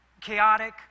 chaotic